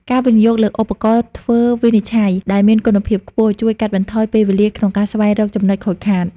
ការវិនិយោគលើឧបករណ៍ធ្វើវិនិច្ឆ័យដែលមានគុណភាពខ្ពស់ ជួយកាត់បន្ថយពេលវេលាក្នុងការស្វែងរកចំណុចខូចខាត។